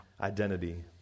identity